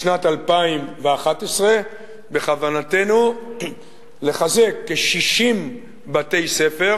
בשנת 2011 בכוונתנו לחזק כ-60 בתי-ספר